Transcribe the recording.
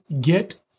get